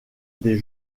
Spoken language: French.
des